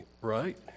right